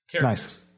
nice